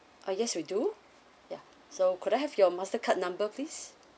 uh yes we do ya so could I have your mastercard number please